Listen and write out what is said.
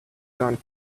gone